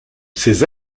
ces